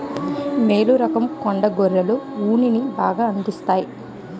మేలు రకం కొండ గొర్రెలు ఉన్నిని బాగా అందిస్తాయి